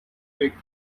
week